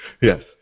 Yes